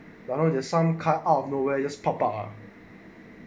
but you know the some cut out of nowhere just park out ah